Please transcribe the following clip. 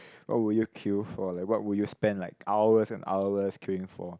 what would you queue for like what would you spend like hours and hours queuing for